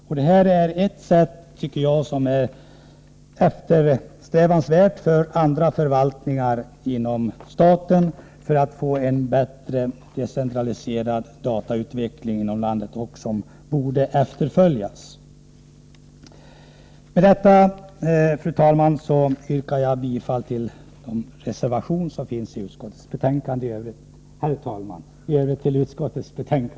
Jag tycker att det här är ett eftersträvansvärt system som även andra förvaltningar inom staten borde ta efter för att få en bättre decentraliserad datautveckling inom landet. Herr talman! Med detta yrkar jag bifall till vår reservation till utskottets betänkande och i övrigt till utskottets hemställan.